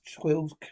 twelve